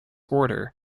order